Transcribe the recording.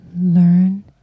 learn